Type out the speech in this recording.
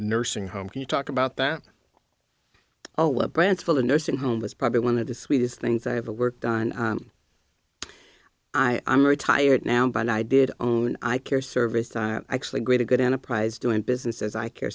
nursing home can you talk about that all the brands for the nursing home was probably one of the sweetest things i ever worked on i'm retired now but i did own i care service actually greater good enterprise doing business as i care